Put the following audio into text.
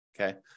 okay